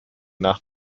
nach